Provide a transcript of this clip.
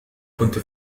كنت